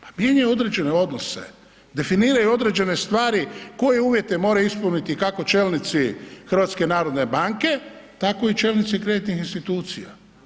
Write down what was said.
Pa mijenjaju određene odnose, definiraju određene stvari koje uvjete moraju ispuniti i kako čelnici HNB-a, tako i čelnici kreditnih institucija.